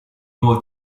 nuovo